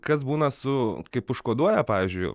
kas būna su kaip užkoduoja pavyzdžiui